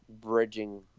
bridging